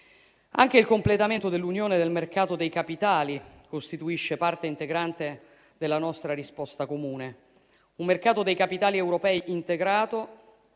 Anche il completamento dell'Unione del mercato dei capitali costituisce parte integrante della nostra risposta comune. Un mercato dei capitali europei integrato